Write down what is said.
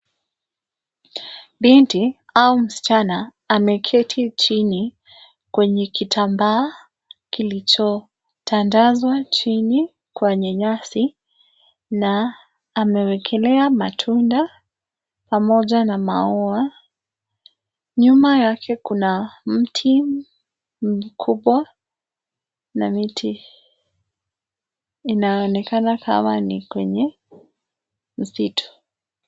Binti, au msichana, ameketi chini, kwenye kitambaa, kilichotandazwa chini, kwenye nyasi, na, amewekelea matunda, pamoja na maua, nyuma yake kuna mti, mkubwa, na miti, inaonekana kama ni kwenye, msitu.